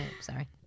Sorry